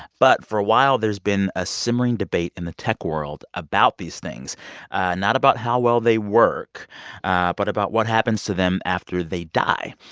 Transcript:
but for a while, there's been a simmering debate in the tech world about these things and not about how well they work but about what happens to them after they die.